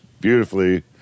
beautifully